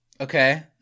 Okay